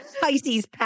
Pisces